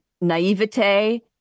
naivete